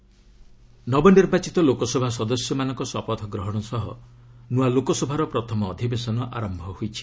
Lok Sabha oath ନବନିର୍ବାଚିତ ଲୋକସଭା ସଦସ୍ୟମାନଙ୍କ ଶପଥଗ୍ରହଣ ସହ ନୂଆ ଲୋକସଭାର ପ୍ରଥମ ଅଧିବେଶନ ଆରମ୍ଭ ହୋଇଛି